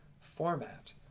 format